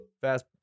fast